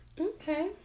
Okay